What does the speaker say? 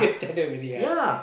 hello very high